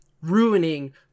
ruining